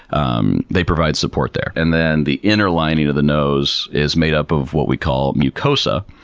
um they provide support there. and then the inner lining of the nose is made up of what we call mucosa.